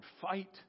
Fight